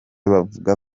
bavuga